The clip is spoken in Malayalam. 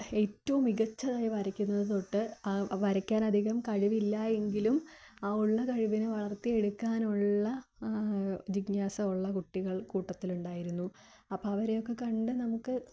ഏറ്റവും മികച്ചതായി വരയ്ക്കുന്നത് തൊട്ട് ആ വരയ്ക്കാൻ അധികം കഴിവില്ല എങ്കിലും ആ ഉള്ള കഴിവിനെ വളർത്തി എടുക്കാനുള്ള ആ ജിജ്ഞാസ ഉള്ള കുട്ടികൾ കൂട്ടത്തിലുണ്ടായിരുന്നു അപ്പോൾ അവരെയൊക്കെ കണ്ട് നമുക്ക്